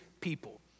people